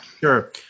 Sure